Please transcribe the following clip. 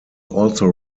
also